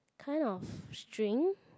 kind of string